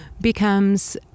becomes